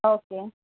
okay